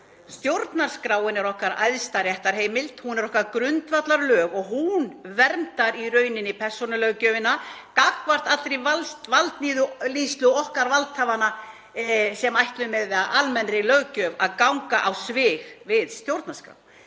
Stjórnarskráin er okkar æðstu réttarheimild, hún er okkar grundvallarlög og hún verndar í rauninni persónulöggjöfina gagnvart allri valdníðslu valdhafa sem ætla með almennri löggjöf að ganga á svig við stjórnarskrá.